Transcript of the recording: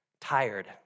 Tired